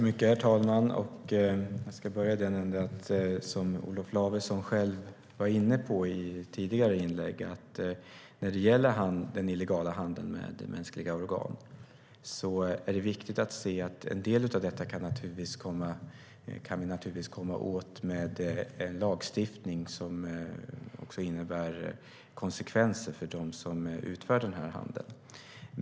Herr talman! Jag ska börja med det Olof Lavesson själv var inne på i ett tidigare inlägg. När det gäller den illegala handeln med mänskliga organ är det viktigt att se att vi naturligtvis kan komma åt en del av detta med en lagstiftning som också innebär konsekvenser för dem som utövar den här handeln.